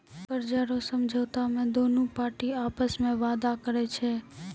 कर्जा रो समझौता मे दोनु पार्टी आपस मे वादा करै छै